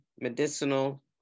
medicinal